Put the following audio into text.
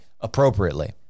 appropriately